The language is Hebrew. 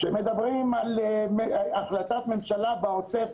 הדוברת הבאה,